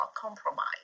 compromise